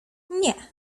nie